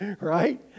right